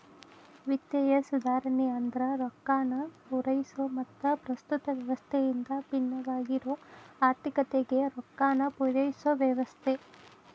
ವಿತ್ತೇಯ ಸುಧಾರಣೆ ಅಂದ್ರ ರೊಕ್ಕಾನ ಪೂರೈಸೊ ಮತ್ತ ಪ್ರಸ್ತುತ ವ್ಯವಸ್ಥೆಯಿಂದ ಭಿನ್ನವಾಗಿರೊ ಆರ್ಥಿಕತೆಗೆ ರೊಕ್ಕಾನ ಪೂರೈಸೊ ವ್ಯವಸ್ಥೆ